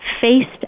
faced